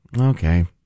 okay